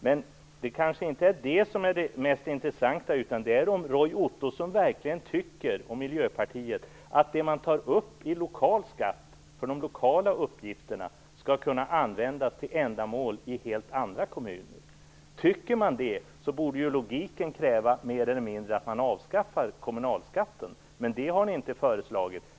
Men det är kanske inte det mest intressanta, utan det är om Roy Ottosson och Miljöpartiet verkligen tycker att det man tar ut i lokal skatt för de lokala uppgifterna skall kunna användas till ändamål i helt andra kommuner. Tycker man det borde ju logiken kräva att man mer eller mindre avskaffar kommunalskatten. Men det har ni inte föreslagit.